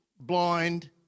blind